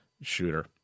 shooter